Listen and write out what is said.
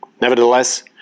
Nevertheless